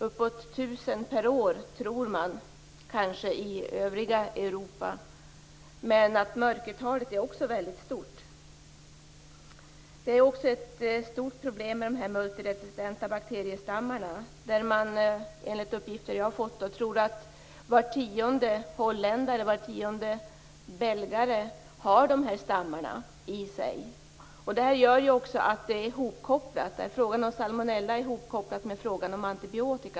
Uppemot 1 000 personer uppskattas åligen dö i denna sjukdom i övriga Europa, men mörkertalet är väldigt stort. De multiresistenta bakteriestammarna är också ett stort problem. Enligt uppgifter som jag fått tror man att var tionde holländare och belgare har dessa stammar i sig. Det gör att frågan om salmonella är hopkopplad med frågan om antibiotika.